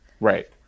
Right